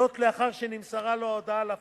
זאת, לאחר שנמסרה לו הודעה על ההפרה,